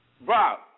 Bob